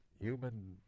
human